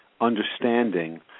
understanding